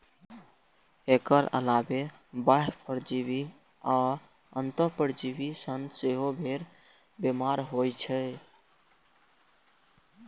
एकर अलावे बाह्य परजीवी आ अंतः परजीवी सं सेहो भेड़ बीमार होइ छै